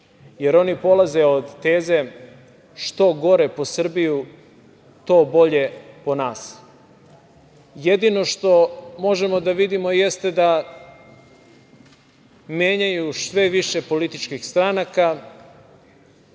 jer oni polaze od teze – što gore po Srbiju, to bolje po nas. Jedino što možemo da vidimo jeste da menjaju sve više političkih stranaka